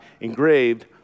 engraved